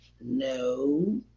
no